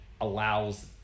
allows